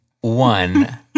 one